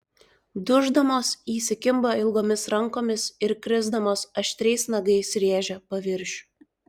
duždamos įsikimba ilgomis rankomis ir krisdamos aštriais nagais rėžia paviršių